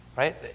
right